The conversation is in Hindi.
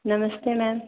नमस्ते मैम